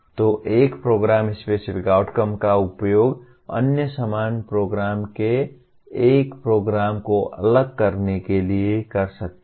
तो एक programme specific outcome का उपयोग अन्य समान प्रोग्राम से एक प्रोग्राम को अलग करने के लिए कर सकता है